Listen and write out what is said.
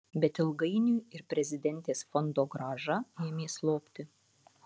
bet ilgainiui ir prezidentės fondogrąža ėmė slopti